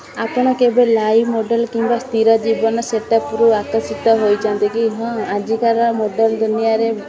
ଆପଣ କେବେ live model କିମ୍ବା ସ୍ଥିର ଜୀବନ ସେଟ୍ଅପ୍ରୁ ଆକର୍ଷିତ ହୋଇଛନ୍ତି କି ହଁ ଆଜିକାର ମଡ଼େଲ୍ ଦୁନିଆରେ